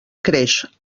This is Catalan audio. creix